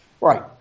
Right